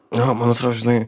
jo man atro žinai